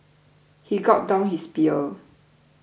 he gulped down his beer